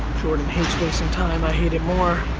jordan hates wasting time, i hate it more.